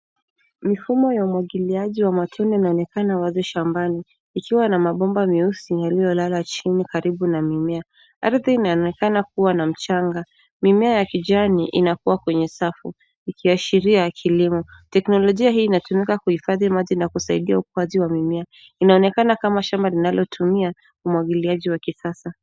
Mfumo ya umwagiliaji maji ya matone unaonekana wazi shambani, ikiwa na mabomba meusi yaliyolala chini karibu na mimea. Ardhi inaonekana kuwa na mchanga. Mimea ya kijani inakua kwenye safu, ikiashiria kilimo. Teknolojia hii inatumika kuhifadhi maji na kusaidia ukuaji wa mimea. Inaonekana kama shamba linalotumia umwagiliaji wa kisasa.